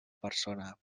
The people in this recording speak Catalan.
persona